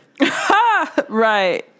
Right